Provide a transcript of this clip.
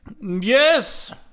Yes